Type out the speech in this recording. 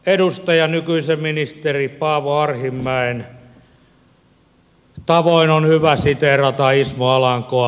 edustaja nykyisen ministeri paavo arhinmäen tavoin on hyvä siteerata ismo alankoa